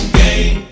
game